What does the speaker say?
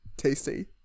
Tasty